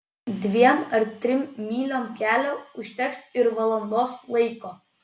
dviem ar trim myliom kelio užteks ir valandos laiko